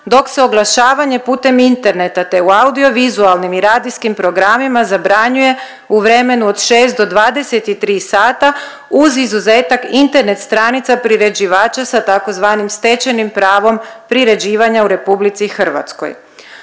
dok se oglašavanje putem interneta te u audiovizualnim i radijskim programima zabranjuje u vremenu od 6 do 23 sata uz izuzetak internet stranica priređivača sa tzv. stečenim pravom priređivanja u RH. Lutrijske